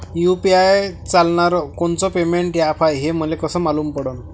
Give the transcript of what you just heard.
UPI चालणारं कोनचं payment app हाय, हे मले कस मालूम पडन?